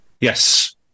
Yes